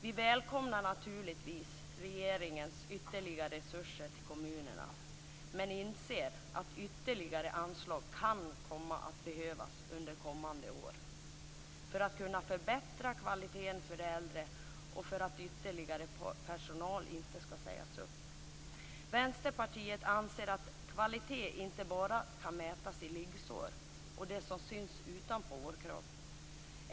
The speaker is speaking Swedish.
Vi välkomnar naturligtvis regeringens ytterligare resurser till kommunerna, men inser att ytterligare anslag kan komma att behövas under kommande år för att vi skall kunna förbättra kvaliteten för de äldre och för att ytterligare personal inte skall sägas upp. Vänsterpartiet anser att kvalitet inte bara kan mätas i liggsår och det som syns utanpå vår kropp.